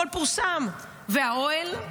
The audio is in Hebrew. והאוהל?